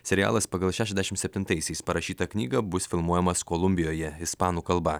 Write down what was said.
serialas pagal šešiasdešimt septintaisiais parašytą knygą bus filmuojamas kolumbijoje ispanų kalba